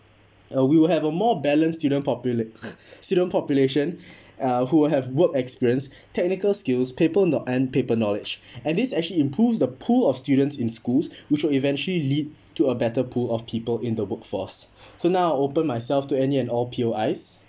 uh we will have a more balanced student popula~ student population uh who will have work experience technical skills paper know~ and paper knowledge and this actually improves the pool of students in schools which will eventually lead to a better pool of people in the workforce so now I open myself to any and all P_O_I's